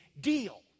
deal